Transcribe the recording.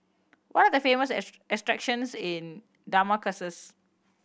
what are the famous attractions in Damascus